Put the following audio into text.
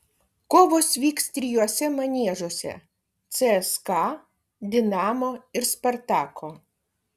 kovos vyks trijuose maniežuose cska dinamo ir spartako